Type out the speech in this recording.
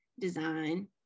design